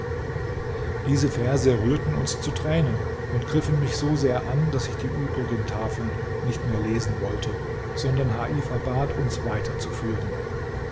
diese verse rührten uns zu tränen und griffen mich so sehr an daß ich die übrigen tafeln nicht mehr lesen wollte sondern heifa bat uns